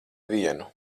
vienu